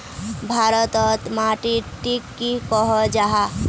भारत तोत माटित टिक की कोहो जाहा?